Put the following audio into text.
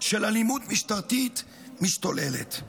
של אלימות משטרתית משתוללת.